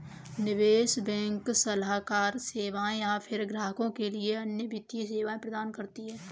निवेश बैंक सलाहकार सेवाएँ या फ़िर ग्राहकों के लिए अन्य वित्तीय सेवाएँ प्रदान करती है